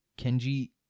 Kenji